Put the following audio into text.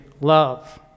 love